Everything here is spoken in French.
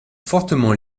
fortement